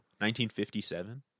1957